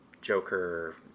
Joker